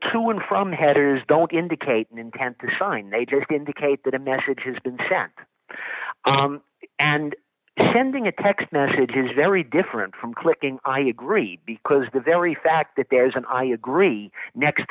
don't indicate an intent to sign they just indicate that a message has been sacked and sending a text message is very different from clicking i agree because the very fact that there's an i agree next